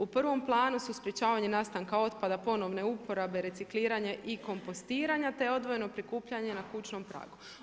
U prvom planu su sprečavanje nastanka otpada, ponovne uporabe, recikliranje i kompostiranja, te odvojeno prikupljanje na kućnom pragu.